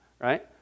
right